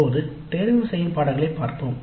இப்போது தேர்ந்தெடுக்கப்பட்ட படிப்புகளைப் பார்ப்போம்